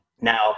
Now